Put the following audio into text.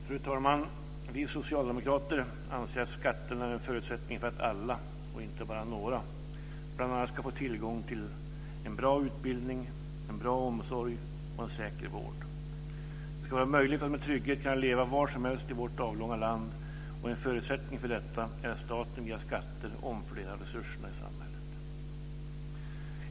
Fru talman! Vi socialdemokrater anser att skatterna är en förutsättning för att alla, inte bara några, ska få tillgång bl.a. till en bra utbildning, en god omsorg och en säker vård. Det ska vara möjligt att med trygghet leva var som helst i vårt avlånga land. En förutsättning för detta är att staten via skatter omfördelar resurserna i samhället.